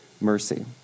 Mercy